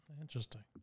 Interesting